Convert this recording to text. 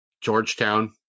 Georgetown